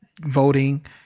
voting